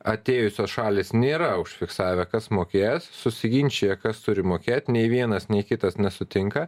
atėjusios šalys nėra užfiksavę kas mokės susiginčijo kas turi mokėt nei vienas nei kitas nesutinka